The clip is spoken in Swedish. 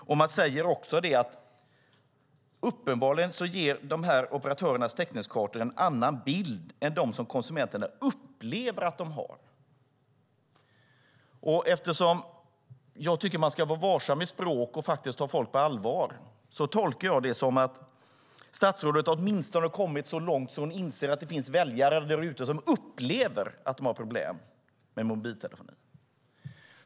Statsrådet säger också att "operatörernas täckningskartor uppenbarligen ger en annan bild . än den som konsumenterna upplever att de har". Eftersom jag tycker att man ska vara varsam med språk och ta folk på allvar tolkar jag det som att statsrådet åtminstone har kommit så långt att hon inser att det finns väljare där ute som "upplever" att de har problem med mobiltelefonin.